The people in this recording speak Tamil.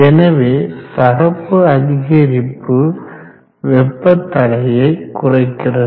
எனவே பரப்பு அதிகரிப்பு வெப்ப தடையை குறைக்கிறது